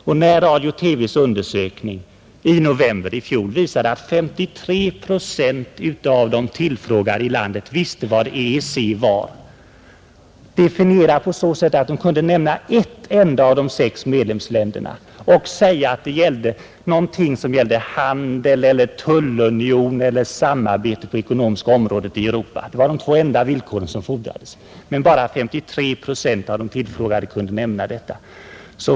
Sveriges Radios undersökning i november i fjol visade att endast 53 procent av de tillfrågade i landet visste vad EEC var. Det gällde då endast att kunna nämna ett av de sex medlemsländerna och säga att EEC var något som gällde handel eller tullunion eller samarbete på det ekonomiska området i Europa. Dessa var de enda två villkor som uppställdes, men bara 53 procent av de tillfrågade kunde svara tillfredsställande.